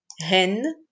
hen